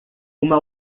uma